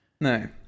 No